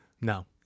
No